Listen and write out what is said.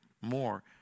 more